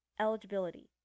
Eligibility